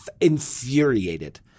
infuriated